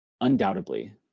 undoubtedly